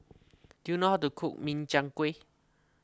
do you know how to cook Min Chiang Kueh